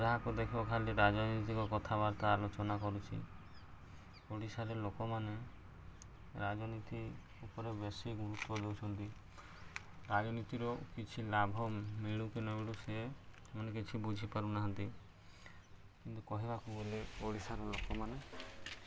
ଯାହାକୁ ଦେଖ ଖାଲି ରାଜନୀତିକ କଥାବାର୍ତ୍ତା ଆଲୋଚନା କରୁଛି ଓଡ଼ିଶାରେ ଲୋକମାନେ ରାଜନୀତି ଉପରେ ବେଶୀ ଗୁରୁତ୍ୱ ଦେଉଛନ୍ତି ରାଜନୀତିର କିଛି ଲାଭ ମିଳୁ କି ନମିଳୁ ସେ ମାନେ କିଛି ବୁଝିପାରୁନାହାନ୍ତି କିନ୍ତୁ କହିବାକୁ ଗଲେ ଓଡ଼ିଶାର ଲୋକମାନେ